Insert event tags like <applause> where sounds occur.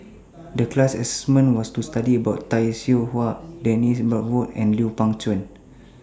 The class <unintelligible> was to study about Tay Seow Huah Dennis Bloodworth and Lui Pao Chuen